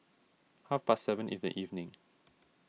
half past seven in the evening